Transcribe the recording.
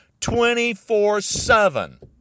24-7